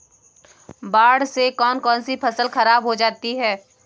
बाढ़ से कौन कौन सी फसल खराब हो जाती है?